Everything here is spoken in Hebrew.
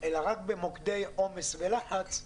אלא רק במוקדי עומס ולחץ,